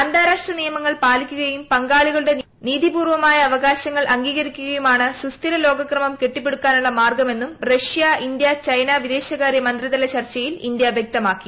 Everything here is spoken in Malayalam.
അന്താരാഷ്ട്ര നിയമങ്ങൾ പാലിക്കുകയും പങ്കാളികളുട്ട് നീതിപൂർവ്വമായ അവകാശങ്ങൾ അംഗീകരിക്കുകയുമാണ് സു്സ്പ്റ്റിര ലോകക്രമം കെട്ടിപ്പെടുക്കാനുള്ള മാർഗ്ഗമെന്നും റഷ്യ ഇന്ത്യൂ ബ്ബെന വിദേശകാര്യ മന്ത്രിതല ചർച്ചയിൽ ഇന്ത്യ വ്യക്തമാക്കി